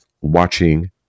watching